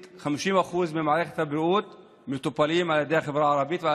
ש-50% ממערכת הבריאות מטופלים על ידי החברה הערבית ועל